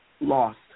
lost